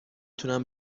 تونم